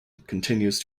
continues